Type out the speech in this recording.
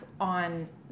on